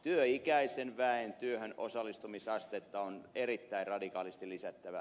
työikäisen väen työhön osallistumisastetta on erittäin radikaalisti lisättävä